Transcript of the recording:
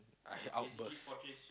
I had outburst